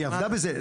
היא ועבדה בזה.